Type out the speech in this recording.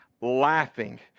laughing